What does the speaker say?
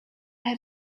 had